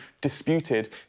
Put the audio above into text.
disputed